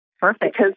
Perfect